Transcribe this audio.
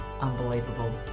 unbelievable